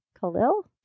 Khalil